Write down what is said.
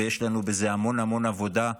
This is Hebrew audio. ויש לנו בזה המון המון עבודה,